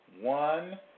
one